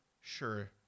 sure